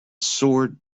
sword